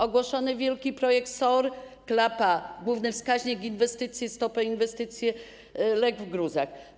Ogłoszony wielki projekt SOR - klapa, główny wskaźnik inwestycji, stopy inwestycji legł w gruzach.